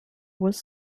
was